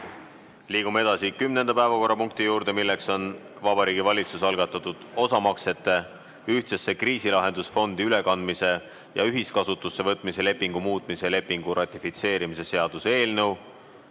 Liigume kümnenda päevakorrapunkti juurde, milleks on Vabariigi Valitsuse algatatud osamaksete ühtsesse kriisilahendusfondi ülekandmise ja ühiskasutusse võtmise lepingu muutmise lepingu ratifitseerimise seaduse eelnõu